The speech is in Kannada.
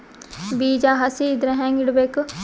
ಬೀಜ ಹಸಿ ಇದ್ರ ಹ್ಯಾಂಗ್ ಇಡಬೇಕು?